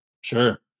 Sure